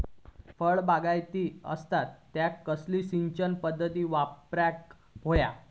फळबागायती असता त्यांका कसली सिंचन पदधत वापराक होई?